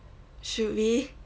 should we